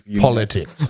Politics